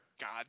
God